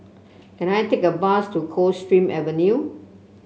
can I take a bus to Coldstream Avenue